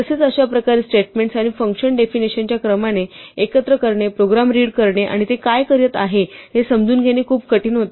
तसेच अशा प्रकारे स्टेटमेंट्स आणि फंक्शन डेफिनेशनच्या क्रमाने एकत्र करणे प्रोग्राम रीड करणे आणि ते काय करत आहे हे समजून घेणे खूप कठीण होते